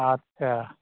आथसा